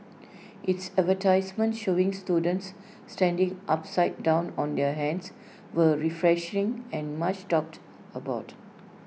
its advertisements showing students standing upside down on their hands were refreshing and much talked about